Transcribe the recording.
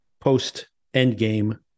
post-Endgame